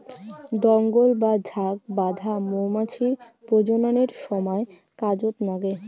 দঙ্গল বা ঝাঁক বাঁধা মৌমাছির প্রজননের সমায় কাজত নাগে